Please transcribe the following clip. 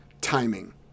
timing